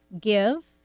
give